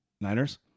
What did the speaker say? Niners